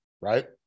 right